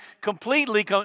completely